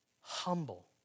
humble